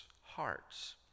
hearts